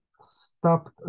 stopped